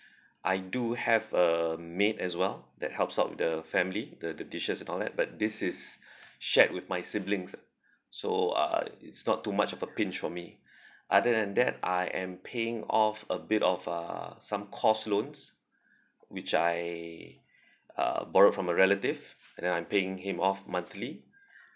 I do have a maid as well that helps out with the family the the dishes and all that but this is shared with my siblings so uh it's not too much of a pinch for me other than that I am paying off a bit of uh some course loans which I uh borrowed from a relative and then I'm paying him off monthly